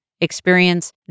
experience